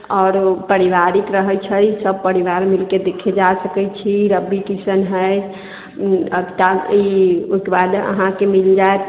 आओर पारिवारिक रहै छै सभ परिवार मिलके देखय जा सकै छी रवि किशन हइ अभिनेता ई ओहिकेबाद अहाँके मिल जायत